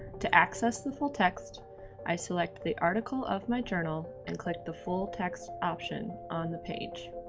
to access the full text i select the article of my journal and click the full text option on the page.